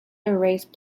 erase